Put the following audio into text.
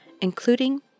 including